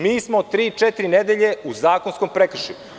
Mi smo tri-četiri nedelje u zakonskom prekršaju.